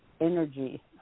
energy